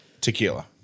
tequila